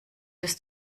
ist